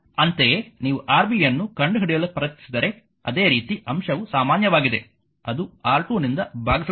ಅಂತೆಯೇ ನೀವು Rb ಯನ್ನು ಕಂಡುಹಿಡಿಯಲು ಪ್ರಯತ್ನಿಸಿದರೆ ಅದೇ ರೀತಿ ಅಂಶವು ಸಾಮಾನ್ಯವಾಗಿದೆ ಅದು R2 ನಿಂದ ಭಾಗಿಸಲ್ಪಡುತ್ತದೆ